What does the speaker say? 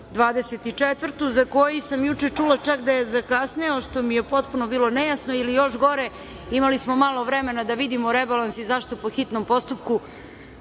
za koji sam juče čula čak da je zakasnelo, što mi je potpuno bilo nejasno ili još gore imali smo malo vremena da vidimo rebalans i zašto po hitnom postupku. Ovo